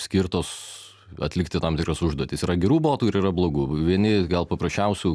skirtos atlikti tam tikras užduotis yra gerų botų ir yra blogų vieni gal paprasčiausių